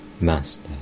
Master